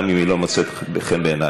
גם אם היא לא מוצאת חן בעינייך.